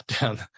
down